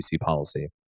policy